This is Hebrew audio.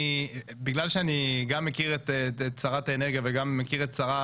בגלל שאני גם מכיר את שרת האנרגיה וגם מכיר את השרה